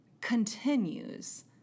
continues